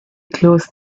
close